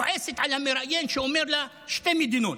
כועסת על המראיין שאומר לה: שתי מדינות.